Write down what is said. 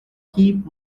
keep